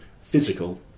physical